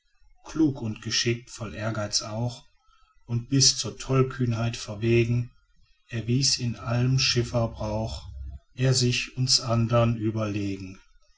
klug und geschickt voll ehrgeiz auch und bis zur tollkühnheit verwegen erwies in allem schifferbrauch er sich uns andern überlegen